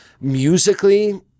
Musically